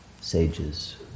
sages